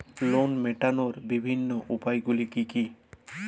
Loan মেটানোর বিভিন্ন উপায়গুলি কী কী?